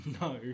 No